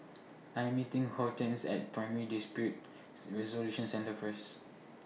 I Am meeting Hortense At Primary Dispute Resolution Centre First